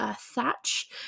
thatch